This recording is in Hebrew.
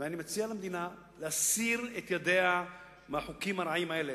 ואני מציע למדינה להסיר את ידיה מהחוקים הרעים האלה.